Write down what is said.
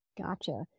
Gotcha